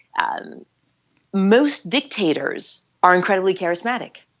and most dictators are incredibly charismatic